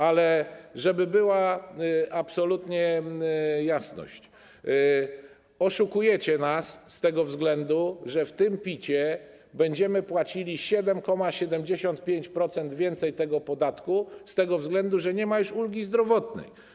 Ale żeby była absolutnie jasność: oszukujecie nas z tego względu, że w tym PIT będziemy płacili 7,75% więcej tego podatku z tego względu, że nie ma już ulgi zdrowotnej.